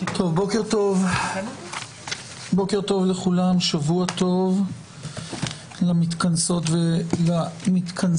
בוקר טוב לכולם, שבוע טוב למתכנסות ולמתכנסים.